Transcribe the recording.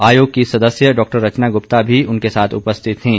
आयोग की सदस्य डॉ रचना गुप्ता भी उनके साथ उपस्थित थीं